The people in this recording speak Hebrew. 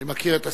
אני מכיר את השר.